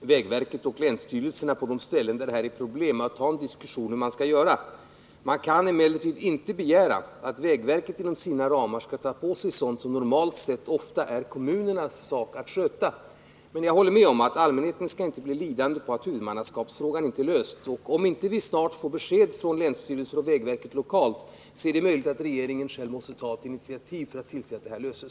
vägverket och länsstyrelserna att på de ställen där detta är ett problem ta en diskussion om hur man skall göra. Man kan emellertid inte begära att vägverket inom sina ekonomiska ramar skall ta på sig sådana uppgifter som det normalt är kommunernas sak att sköta. Men jag håller med om att allmänheten inte får bli lidande därför att huvudmannaskapsfrågan inte är löst. Om vi inte får ett besked från länsstyrelser eller vägverket lokalt inom en snar framtid, är det möjligt att regeringen själv tar initiativ så att frågan kan lösas.